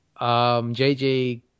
JJ